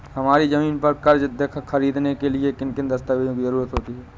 हमारी ज़मीन पर कर्ज ख़रीदने के लिए किन किन दस्तावेजों की जरूरत होती है?